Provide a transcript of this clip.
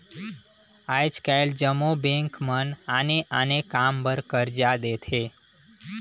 आएज काएल जम्मो बेंक मन आने आने काम बर करजा देथे